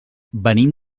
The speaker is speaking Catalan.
venim